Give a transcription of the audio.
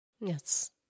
Yes